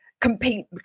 compete